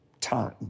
time